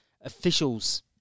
officials